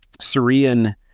Syrian